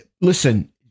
listen